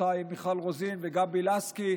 חברותיי מיכל רוזין וגבי לסקי,